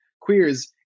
queers